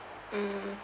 mm